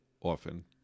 often